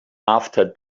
after